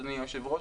אדוני היושב-ראש,